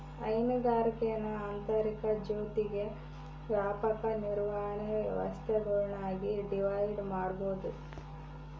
ಹೈನುಗಾರಿಕೇನ ಆಂತರಿಕ ಜೊತಿಗೆ ವ್ಯಾಪಕ ನಿರ್ವಹಣೆ ವ್ಯವಸ್ಥೆಗುಳ್ನಾಗಿ ಡಿವೈಡ್ ಮಾಡ್ಬೋದು